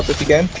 but began